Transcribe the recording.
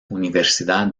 universidad